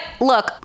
look